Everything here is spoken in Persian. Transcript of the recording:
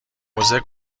موزه